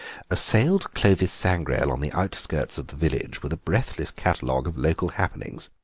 assailed clovis sangrail on the outskirts of the village with a breathless catalogue of local happenings.